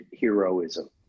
heroism